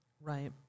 Right